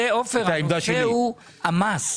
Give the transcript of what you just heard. עופר, הנושא הוא המס.